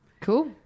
Cool